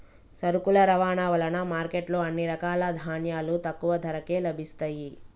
సరుకుల రవాణా వలన మార్కెట్ లో అన్ని రకాల ధాన్యాలు తక్కువ ధరకే లభిస్తయ్యి